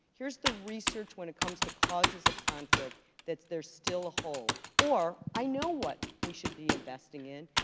here's the research when it comes to causes of conflict that there's still a hole, or i know what we should be investing in,